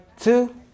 two